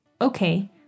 Okay